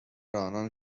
آنان